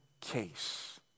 case